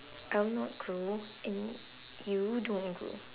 I will not grow and you don't grow